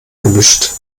gemischt